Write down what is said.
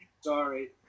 Sorry